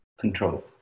control